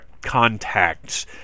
contacts